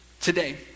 Today